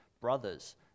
Brothers